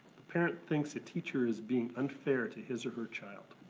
parent thinks a teacher is being unfair to his or her child.